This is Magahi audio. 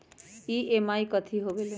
ई.एम.आई कथी होवेले?